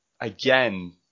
again